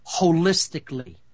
holistically